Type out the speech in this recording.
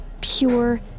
pure